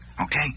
Okay